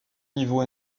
niveau